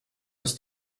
ist